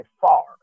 far